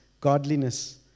godliness